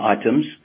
items